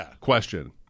question